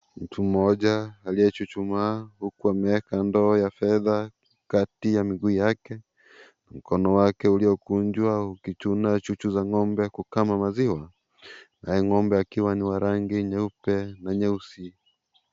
Mtu mmoja aliyechuchuma huku ameweka ndoo ya fedha kati ya miguu yake. Mkono wake uliokunjwa ukichuna chuchu za ng'ombe kukama maziwa naye ng'ombe akiwa ni wa rangi nyeupe na nyeusi.